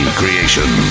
creation